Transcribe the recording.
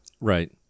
Right